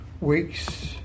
weeks